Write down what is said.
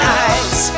eyes